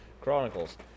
Chronicles